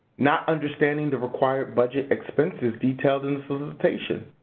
not understanding the required budget expenses detailed in the solicitation.